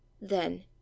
Then